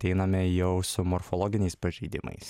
ateiname jau su morfologiniais pažeidimais